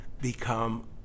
become